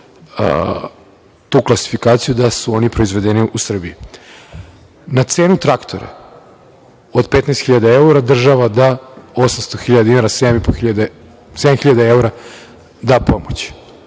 tu klasifikaciju da su oni proizvedeni u Srbiji. Na cenu traktora od 15.000 evra država da 800.000 dinara, 7.000 evra da pomoć.